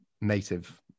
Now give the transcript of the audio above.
native